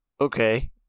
Okay